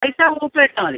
പൈസ Google Pay ഇട്ടാൽ മതി